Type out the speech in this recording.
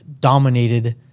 dominated